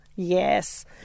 Yes